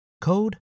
code